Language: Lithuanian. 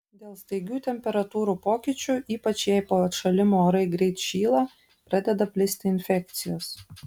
dėl staigių temperatūrų pokyčių ypač jei po atšalimo orai greit šyla pradeda plisti infekcijos